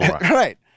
Right